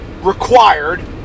required